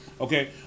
Okay